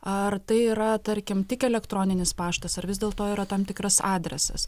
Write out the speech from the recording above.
ar tai yra tarkim tik elektroninis paštas ar vis dėlto yra tam tikras adresas